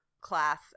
class